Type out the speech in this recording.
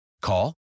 Call